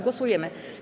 Głosujemy.